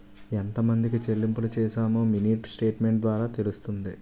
ఎంతమందికి చెల్లింపులు చేశామో మినీ స్టేట్మెంట్ ద్వారా తెలుస్తుంది